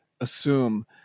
Assume